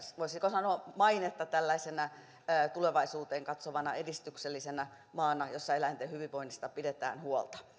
voisiko sanoa mainetta tulevaisuuteen katsovana edistyksellisenä maana jossa eläinten hyvinvoinnista pidetään huolta